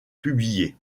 publié